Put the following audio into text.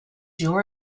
your